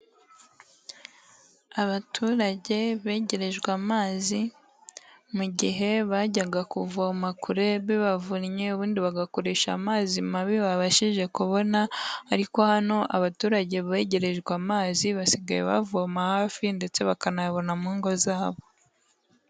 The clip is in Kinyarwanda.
Abaturage begerejwe amazi, mu gihe bajyaga kuvoma kure bibavunnye, ubundi bagakoresha amazi mabi babashije kubona ariko hano abaturage begerejwe amazi, basigaye bavoma hafi ndetse bakanayabona mu ngo zabo.